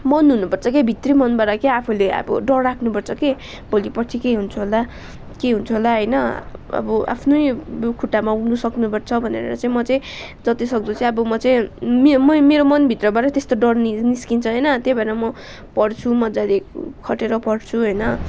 मन हुनु पर्छ के भित्री मनबाट क्या आफूले डर राख्नु पर्छ कि भोलि पर्सी के हुन्छ होला के हुन्छ होला होइन अब आफ्नै खुट्टामा उभिनु सक्नु पर्छ भनेर चाहिँ म चाहिँ जति सक्दो चाहिँ अब म चाहिँ मेरो मनभित्रबाट त्यस्तो डर निस्किन्छ होइन त्यो भएर पढ्छु मज्जाले खटेर पढ्छु होइन